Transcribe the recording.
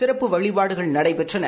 சிறப்பு வழிபாடுகள் நடைபெற்றன